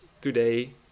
today